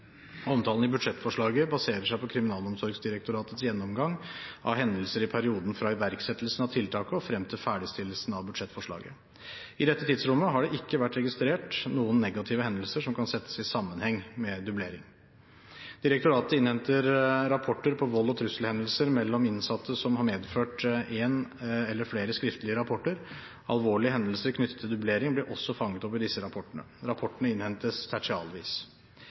Omtalen i budsjettforslaget baserer seg på Kriminalomsorgsdirektoratets gjennomgang av hendelser i perioden fra iverksettelsen av tiltaket og frem til ferdigstillelsen av budsjettforslaget. I dette tidsrommet har det ikke vært registrert noen negative hendelser som kan settes i sammenheng med dublering. Direktoratet innhenter rapporter om vold og trusselhendelser mellom innsatte som har medført en eller flere skriftlige rapporter. Alvorlige hendelser knyttet til dublering blir også fanget opp i disse rapportene. Rapportene innhentes tertialvis.